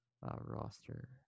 roster